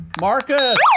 Marcus